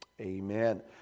Amen